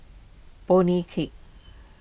Bonny Hicks